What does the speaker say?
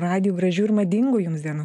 radiju gražių ir madingų jums dienų